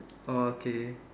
orh okay